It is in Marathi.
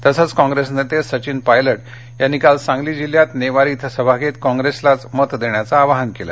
तसंच काँप्रेस नेते सचिन पायलट यांनी काल सांगली जिल्ह्यात नेवारी क्वें सभा घेत काँग्रेसलाच मत देण्याचं आवाहन केलं